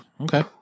Okay